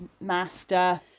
Master